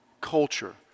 culture